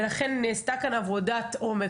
נעשתה כאן עבודת עומק.